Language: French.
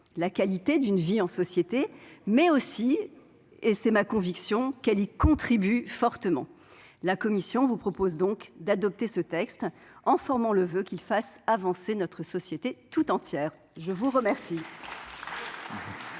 la qualité d'une vie en société, mais aussi- et c'est ma conviction ! -qu'elle y contribue fortement. La commission vous propose donc d'adopter ce texte, en formant le voeu qu'il fasse avancer notre société tout entière. La parole